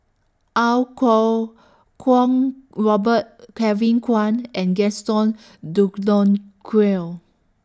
Iau Kuo Kwong Robert Kevin Kwan and Gaston Dutronquoy